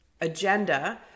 agenda